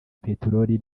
peterori